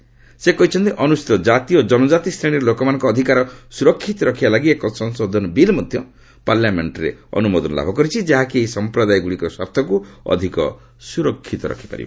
ଶ୍ରୀ ମୋଦି କହିଛନ୍ତି ଅନୁସୂଚୀତ କାତି ଓ ଜନଜାତି ଶ୍ରେଣୀର ଲୋକମାନଙ୍କ ଅଧିକାର ସୁରକ୍ଷିତ ରଖିବା ଲାଗି ଏକ ସଂଶୋଧନ ବିଲ୍ ମଧ୍ୟ ପାର୍ଲାମେଖରେ ଅନୁମୋଦନ ଲାଭ କରିଛି ଯାହାକି ଏହି ସମ୍ପ୍ରଦାୟଗୁଡ଼ିକର ସ୍ୱାର୍ଥକୁ ଅଧିକ ସ୍ୱରକ୍ଷିତ ରଖିପାରିବ